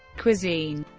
cuisine